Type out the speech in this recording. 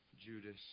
Judas